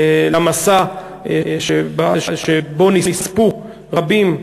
למסע שבו נספו רבים בסודאן,